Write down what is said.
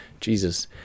Jesus